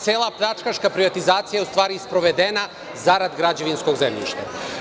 Cela pljačkaška privatizacija je u stvari sprovedena zarad građevinskog zemljišta.